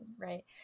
right